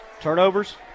Turnovers